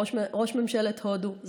ראש ממשלת הודו,